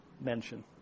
mention